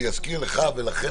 אני אזכיר לך ולכם,